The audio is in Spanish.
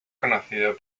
conocido